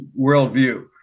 worldview